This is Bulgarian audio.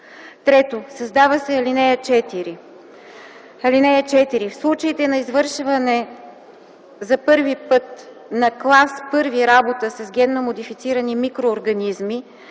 3. Създава се ал. 4: „(4) В случаите на извършване за първи път на клас 1 работа с генно модифицирани микроорганизми